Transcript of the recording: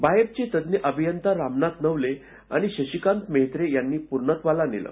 बायफ चे तज्ञ अभियंता रामनाथ नवले आणि शशिकांत मेहेत्रे यांनी पूर्णत्वाला नेलं